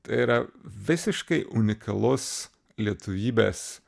tai yra visiškai unikalus lietuvybės